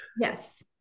Yes